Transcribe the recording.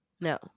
No